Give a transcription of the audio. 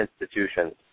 institutions